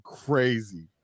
crazy